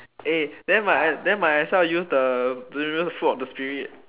eh then might then might as well use the the spirit